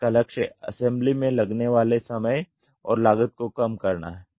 इसका लक्ष्य असेंबली में लगने वाले समय और लागत को कम करना है